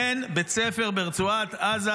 אין בית ספר ברצועת עזה,